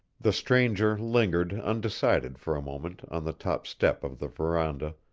the stranger lingered undecided for a moment on the top step of the veranda,